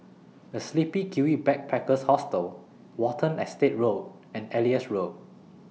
The Sleepy Kiwi Backpackers Hostel Watten Estate Road and Elias Road